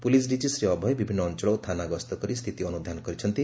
police DG Shri Abhay ବିଭିନ୍ନ ଅଂଚଳ ଓ ଥାନା ଗସ୍ତ କରି ସ୍ତିତି ଅନୁଧ୍ଧାନ କରିଛନ୍ତି